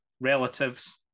relatives